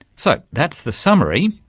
so that's the summary,